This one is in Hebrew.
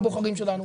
לבוחרים שלנו.